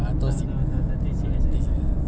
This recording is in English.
betul betul betul T_C_S_S ah